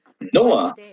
Noah